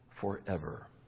forever